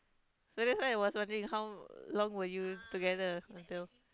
so that's why I was wondering how long were you together until